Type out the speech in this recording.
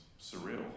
surreal